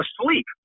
asleep